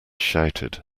shouted